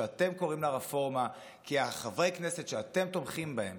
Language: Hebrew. שאתם קוראים לה "רפורמה" כי חברי הכנסת שאתם תומכים בהם